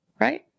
right